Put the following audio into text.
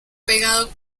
pegado